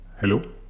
Hello